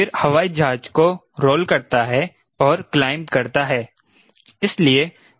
फिर हवाई जहाज को रोल करता है और क्लाइंब करता है